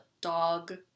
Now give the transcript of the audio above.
dog